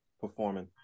performing